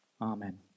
Amen